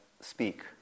speak